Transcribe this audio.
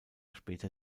später